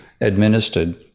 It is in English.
administered